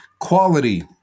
Quality